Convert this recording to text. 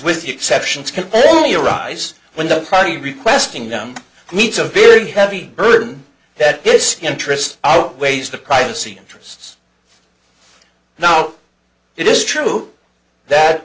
with the exceptions can only arise when the party requesting them meets a very heavy burden that this interest outweighs the privacy interest now it is true that